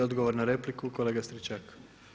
I odgovor na repliku, kolega Stričak.